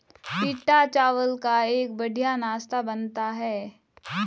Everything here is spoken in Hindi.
पीटा चावल का एक बढ़िया नाश्ता बनता है